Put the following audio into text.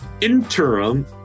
interim